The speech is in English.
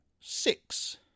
six